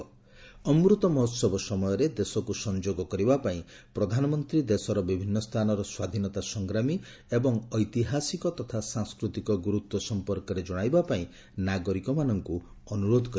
'ଅମୃତ ମହୋହବ' ସମୟରେ ଦେଶକୁ ସଂଯୋଗ କରିବାପାଇଁ ପ୍ରଧାନମନ୍ତ୍ରୀ ଦେଶର ବିଭିନ୍ନ ସ୍ଥାନର ସ୍ୱାଧୀନତା ସଂଗ୍ରାମୀ ଏବଂ ଐତିହାସିକ ତଥା ସାଂସ୍କୃତିକ ଗୁରୁତ୍ୱ ସମ୍ପର୍କରେ ଜଣାଇବାପାଇଁ ନାଗରିକମାନଙ୍କୁ ଅନୁରୋଧ କରିଛନ୍ତି